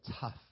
tough